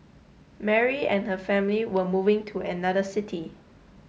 Mary and her family were moving to another city